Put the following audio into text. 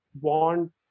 want